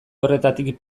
horretatik